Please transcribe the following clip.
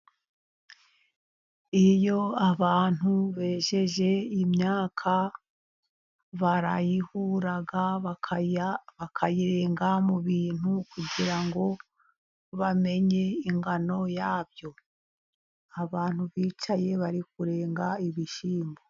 Iyo abantu bejeje imyaka barayihura, bakayirenga mu bintu kugira ngo bamenye ingano yabyo. Abantu bicaye bari kurenga ibishyimbo.